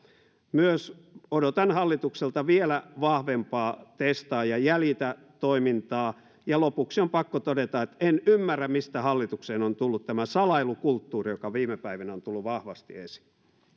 odotan hallitukselta myös vielä vahvempaa testaa ja jäljitä toimintaa lopuksi on pakko todeta että en ymmärrä mistä hallitukseen on tullut tämä salailukulttuuri joka viime päivinä on tullut vahvasti esiin